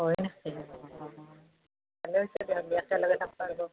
হয় নেকি অ ভালে হৈছে দিয়ক